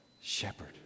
shepherd